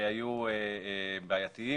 היו בעייתיים